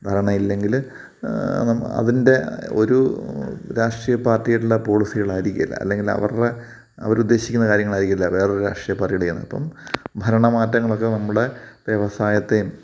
ധാരണയില്ലെങ്കിൽ അതിൻ്റെ ഒരു രാഷ്ട്രീയ പാർട്ടിയായിട്ടുള്ള പോളിസികൾ ആയിരിക്കുകയില്ല അല്ലെങ്കിൽ അവരുടെ അവർ ഉദ്ദേശിക്കുന്ന കാര്യങ്ങളായിരിക്കില്ല വേറെ ഒരു രാഷ്ട്രീയ പാർട്ടിടെയ്യണെ അപ്പം ഭരണ മാറ്റങ്ങളൊക്കെ നമ്മുടെ വ്യവസായത്തേയും